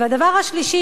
הדבר השלישי,